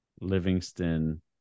Livingston